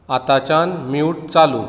आतांच्यान mute चालू